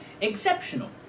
exceptional